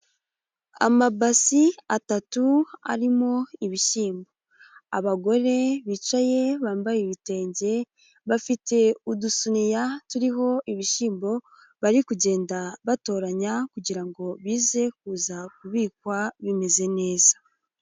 Amabasi atatu arimo ibishyimbo, abagore bicaye bambaye ibitenge bafite udusuniya turiho ibishyimbo bari kugenda batoranya kugira ngo bize kuza kubikwa bimeze neza.